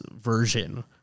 version